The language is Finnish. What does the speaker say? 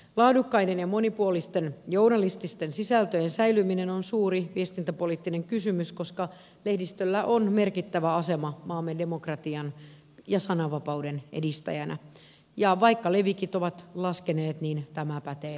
laadukkaiden ja monipuolisten journalististen sisältöjen säilyminen on suuri viestintäpoliittinen kysymys koska lehdistöllä on merkittävä asema maamme demokratian ja sananvapauden edistäjänä ja vaikka levikit ovat laskeneet tämä pätee edelleenkin